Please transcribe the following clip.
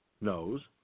knows